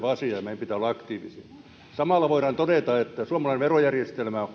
asia ja meidän pitää olla aktiivisia samalla voidaan todeta että suomalainen verojärjestelmä on